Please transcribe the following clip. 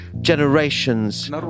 generations